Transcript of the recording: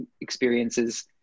experiences